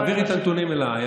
תעבירי את הנתונים אליי.